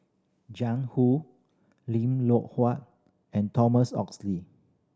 Jiang Hu Lim Loh Huat and Thomas Oxle